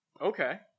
Okay